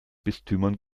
bistümern